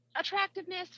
Attractiveness